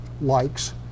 likes